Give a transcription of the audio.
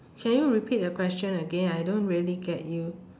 can you repeat your question again I don't really get you